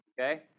okay